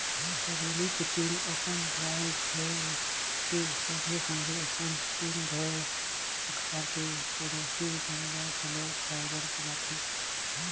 हरेली के दिन अपन खाए के संघे संघे अपन तीर तखार के पड़ोसी मन ल घलो खाए बर बुलाथें